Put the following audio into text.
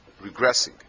regressing